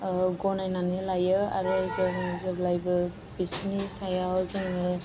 गनायनानै लायो आरो जों जेब्लाबो बिसोरनि सायाव जोङो